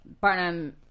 Barnum